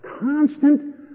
constant